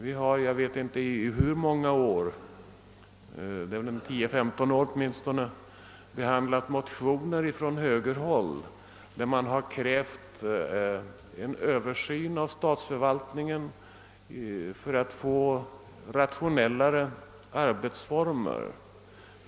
Vi har under jag vet inte hur många år — det är väl tio, femton år åtminstone — behandlat motioner från högerhåll, vari har krävts en översyn av statsförvaltningen för att få till stånd mera rationella arbetsformer.